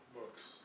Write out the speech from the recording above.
books